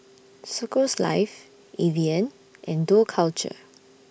Circles Life Evian and Dough Culture